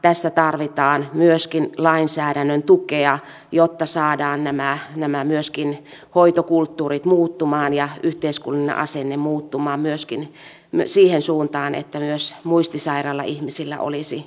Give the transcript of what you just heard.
tässä tarvitaan lainsäädännön tukea jotta saadaan myöskin nämä hoitokulttuurit ja yhteiskunnan asenne muuttumaan siihen suuntaan että myös muistisairailla ihmisillä olisi itsemääräämisoikeutta